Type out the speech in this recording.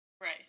Right